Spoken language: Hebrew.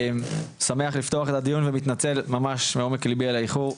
שמח לפתוח את הדיון ומתנצל ממש מעומק ליבי על האיחור,